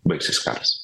baigsis karas